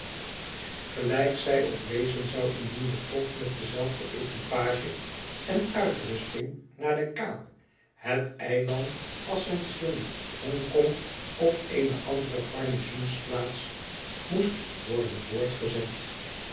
gelijk zij ook wezen zou indien de tocht met dezelfde equipage en uitrusting naar de kaap het eiland ascension hongkong of eene andere garnizoensplaats moest worden voortgezet